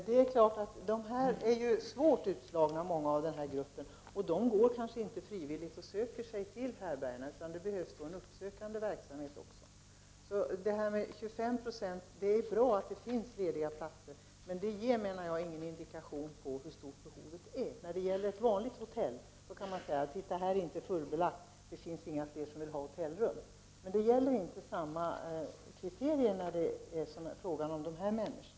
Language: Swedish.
Herr talman! Många i den här gruppen är svårt utslagna och söker sig kanske inte frivilligt till härbärgena, utan det behövs en uppsökande verksamhet också. Det är bra att det finns lediga platser, men de 25 90 ger, menar jag, ingen indikation på hur stort behovet är. När det gäller ett vanligt hotell kan man säga att det inte är fullbelagt — alltså finns det inte tillräckligt många som vill ha hotellrum. Men samma kriterier gäller inte när det är fråga om utslagna människor.